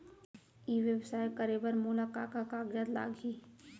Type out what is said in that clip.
ई व्यवसाय करे बर मोला का का कागजात लागही?